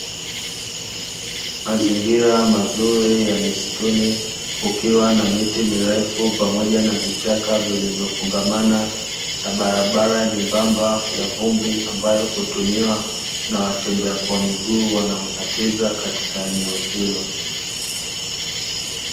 Mazingira mazuri ya misituni kukiwa na miti mirefu pamoja na vichaka vilivyofungamana, na barabara nyembamba ya vumbi ambayo hutumiwa na watembea kwa miguu wanaokatiza katika eneo hilo.